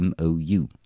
MOU